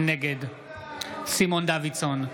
נגד סימון דוידסון,